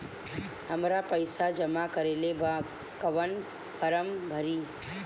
हमरा पइसा जमा करेके बा कवन फारम भरी?